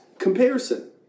Comparison